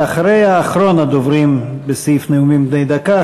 ואחרון הדוברים בסעיף נאומים בני דקה,